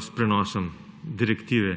s prenosom direktive.